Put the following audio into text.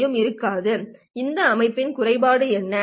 ஐயும் இருக்காது இந்த அமைப்பின் குறைபாடு என்ன